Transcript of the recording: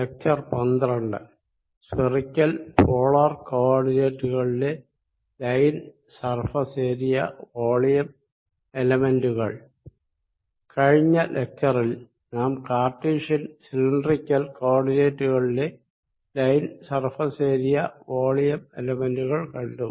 spherical polar കോ ഓർഡിനേറ്റുകളിലെ line surface area volume എലെമെന്റുകൾ കഴിഞ്ഞ ലെക്ച്ചറിൽ നാം കാർട്ടീഷ്യൻ സിലിണ്ടറിക്കൽ കോ ഓർഡിനേറ്റുകളിലെ ലൈൻ സർഫേസ് ഏരിയ വോളിയം എലെമെന്റുകൾ കണ്ടു